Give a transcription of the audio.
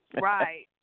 Right